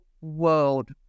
world